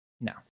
No